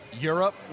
Europe